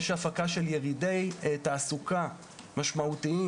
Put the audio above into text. יש הפקה של ירידי תעסוקה משמעותיים.